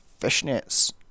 fishnets